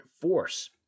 force